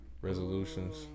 resolutions